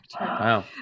Wow